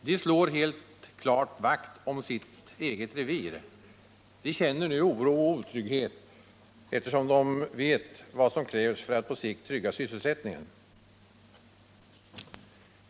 De slår helt klart vakt om sitt eget revir. De känner nu oro och otrygghet, eftersom de vet vad som krävs för att på sikt trygga sysselsättningen.